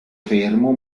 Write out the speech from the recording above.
fermo